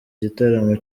igitaramo